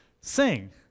sing